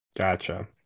Gotcha